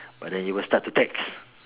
but then you will start to text